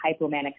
hypomanic